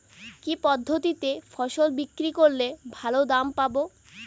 কি পদ্ধতিতে ফসল বিক্রি করলে ভালো দাম পাব?